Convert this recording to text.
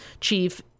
chief